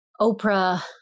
Oprah